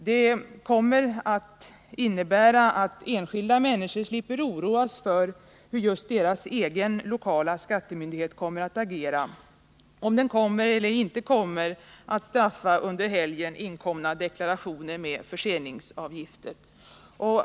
Det kommer att innebära att enskilda människor slipper oroa sig för hur just deras egen lokala skattemyndighet kommer att agera, dvs. om den kommer att straffa under helgen inkomna deklarationer med förseningsavgifter eller inte.